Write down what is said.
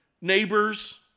Neighbors